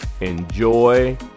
enjoy